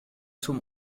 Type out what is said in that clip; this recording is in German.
zum